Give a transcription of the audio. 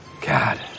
God